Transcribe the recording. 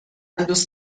دوست